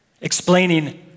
explaining